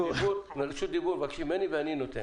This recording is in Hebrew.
רשות דיבור מבקשים ממני ואני נותן.